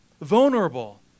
vulnerable